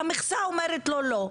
והמכסה אומרת לו לא.